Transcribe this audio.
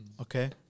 Okay